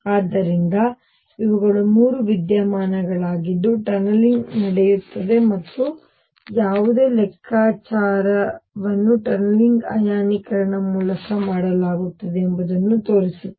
ಆದ್ದರಿಂದ ಇವುಗಳು 3 ವಿದ್ಯಮಾನಗಳಾಗಿದ್ದು ಟನಲಿಂಗ್ ನಡೆಯುತ್ತದೆ ಮತ್ತು ಯಾವುದೇ ಲೆಕ್ಕಾಚಾರಗಳನ್ನು ಟನಲಿಂಗ್ ಅಯಾನೀಕರಣದ ಮೂಲಕ ಮಾಡಲಾಗುತ್ತದೆ ಎಂಬುದನ್ನು ತೋರಿಸುತ್ತದೆ